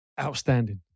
outstanding